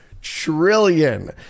trillion